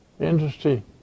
industry